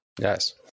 Yes